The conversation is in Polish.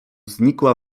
znikła